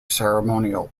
ceremonial